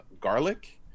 garlic